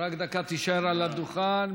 רק דקה, תישאר על הדוכן.